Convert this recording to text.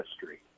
history